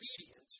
obedient